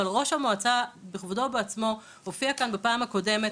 אבל ראש המועצה בכבודו ובעצמו הופיע כאן בפעם הקודמת